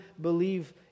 believe